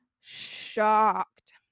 shocked